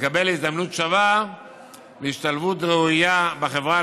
לקבל הזדמנות שווה להשתלבות ראויה בחברה,